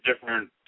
different